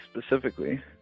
specifically